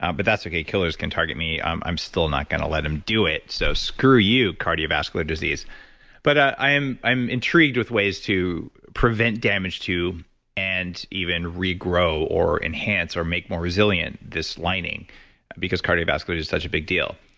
um but that's okay, killers can target me, i'm i'm still not going to let them do it, so screw you, cardiovascular disease but i'm i'm intrigued with ways to prevent damage to and even regrow or enhance or make more resilient this lining because cardiovascular is such a big deal.